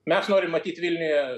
mes norim matyti vilniuje